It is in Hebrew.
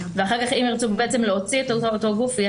ואחר כך אם ירצו בעצם להוציא את אותו גוף יהיה צריך